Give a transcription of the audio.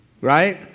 Right